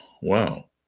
Wow